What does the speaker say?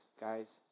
guys